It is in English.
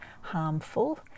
harmful